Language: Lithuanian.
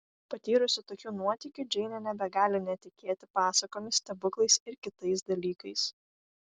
patyrusi tokių nuotykių džeinė nebegali netikėti pasakomis stebuklais ir kitais dalykais